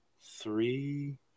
three